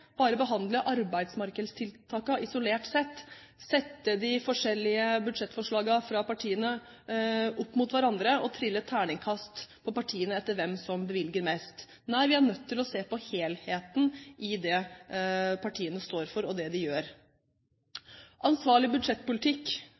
behandle arbeidsmarkedstiltakene isolert, sette de forskjellige budsjettforslagene fra partiene opp mot hverandre og gi terningkast til partiene etter hvem som bevilger mest. Nei, vi er nødt til å se på helheten i det partiene står for, og det de gjør.